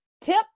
Tip